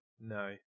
No